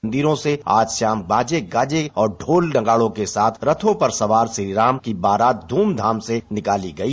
मंदिरों से आज सायं बाजे गाजे और ढोल नगाड़ों के साथ रथों पर सवार श्रीराम की बारात ध्रमधाम से निकाली गई